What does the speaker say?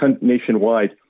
nationwide